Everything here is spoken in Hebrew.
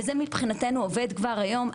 וזה מבחינתנו עובד כבר היום,